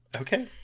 okay